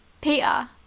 Peter